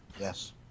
Yes